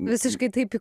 visiškai taip į